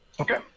Okay